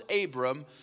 Abram